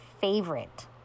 favorite